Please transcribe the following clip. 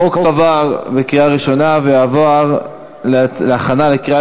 החוק עבר בקריאה ראשונה ועובר להכנה לקריאה